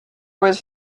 was